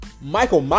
Michael